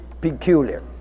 peculiar